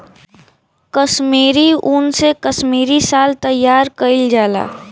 कसमीरी उन से कसमीरी साल तइयार कइल जाला